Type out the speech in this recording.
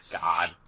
God